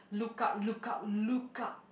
look up look up look up